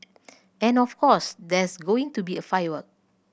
and of course there's going to be a firework